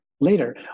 later